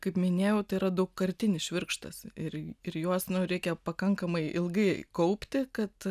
kaip minėjau tai yra daugkartinis švirkštas ir ir juos reikia pakankamai ilgai kaupti kad